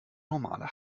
normale